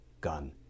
gun